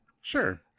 Sure